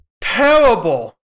terrible